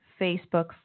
Facebook